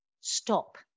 stop